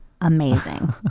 amazing